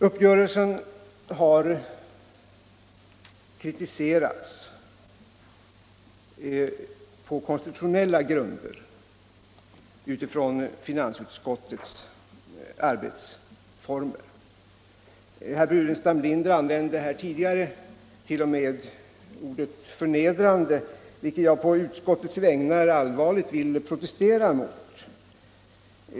Uppgörelsen har kritiserats på konstitutionella grunder utifrån finansutskottets arbetsformer. Herr Burenstam Linder använde här tidigare t.o.m. ordet ”förnedrande” vilket jag på utskottets vägnar allvarligt vill protestera mot.